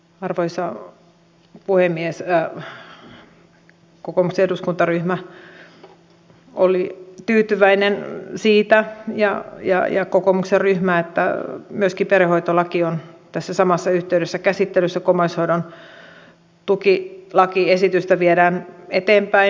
kokoomuksen eduskuntaryhmä oli tyytyväinen siitä että myöskin perhehoitolaki on tässä samassa yhteydessä käsittelyssä kun omaishoidon tuki lakiesitystä viedään eteenpäin